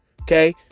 Okay